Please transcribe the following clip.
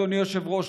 אדוני היושב-ראש,